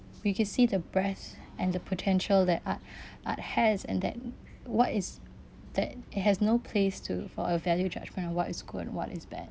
we can see the breath and the potential that art art has and that what is that it has no place to for a value judgment on what is good what is bad